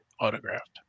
autographed